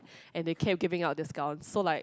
and they kept giving out discounts so like